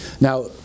Now